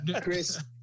Chris